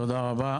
תודה רבה.